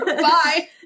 Bye